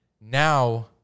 now